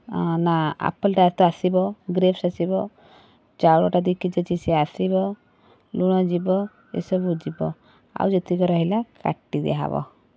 ଆଁ ନା ଆପୁଲଟା ତ ଆସିବ ଗ୍ରେପସ୍ ଆସିବ ଚାଉଳଟା ଦୁଇକେଜି ଅଛି ସିଏ ଆସିବ ଲୁଣ ଯିବ ଏସବୁ ଯିବ ଆଉ ଯେତିକ ରହିଲା କାଟିଦିଆହବ